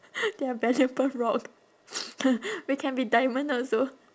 they are valuable rock we can be diamond also